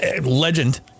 legend